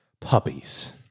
puppies